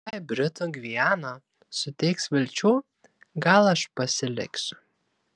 jei britų gviana suteiks vilčių gal aš pasiliksiu